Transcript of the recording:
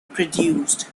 produced